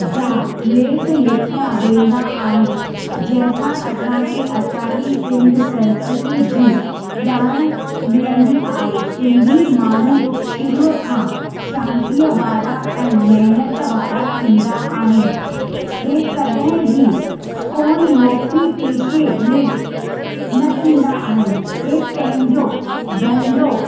जा लेख लिखिया वेंदा आहिनि जंहिं सां असांखे असांजी सिंध संस्कृति जी ॼाणु मिलंदी आहे सिंधी माण्हू शुरुअ खां शांतीअ वारा ऐं महिनत वारा थींदा आहिनि इहे कॾहिं बि कोन नौकिरी पेशे में न थींदा आहिनि हे पंहिंजो धंधो